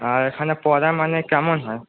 আর এখানে পড়া মানে কেমন হয়